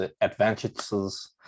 advantages